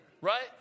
Right